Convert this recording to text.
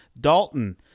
Dalton